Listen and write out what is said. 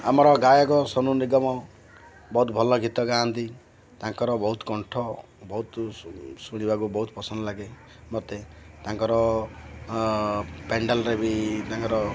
ଆମର ଗାୟକ ସୋନୁ ନିଗମ ବହୁତ ଭଲ ଗୀତ ଗାଆନ୍ତି ତାଙ୍କର ବହୁତ କଣ୍ଠ ବହୁତ ଶୁ ଶୁଣିବାକୁ ବହୁତ ପସନ୍ଦ ଲାଗେ ମୋତେ ତାଙ୍କର ପେଣ୍ଡାଲରେ ବି ତାଙ୍କର